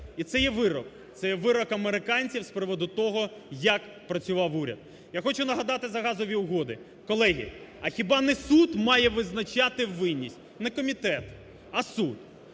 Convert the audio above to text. це є вирок американців з приводу того, як працював уряд. Я хочу нагадати за газові угоди. Колеги, а хіба не суд має визначати винність, не комітет, а суд?